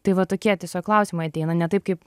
tai va tokie tiesiog klausimai ateina ne taip kaip